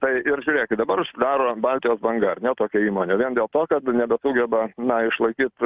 tai ir žiūrėkit dabar užsidaro baltijos banga ar ne tokia įmonė vien dėl to kad nebesugeba na išlaikyt